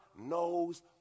knows